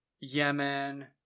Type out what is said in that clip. yemen